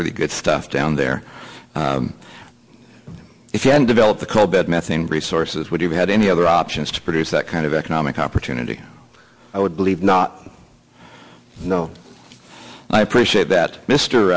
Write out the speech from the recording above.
really good stuff down there if you can develop the call bed methane resources what you had any other options to produce that kind of economic opportunity i would believe not no i appreciate that mr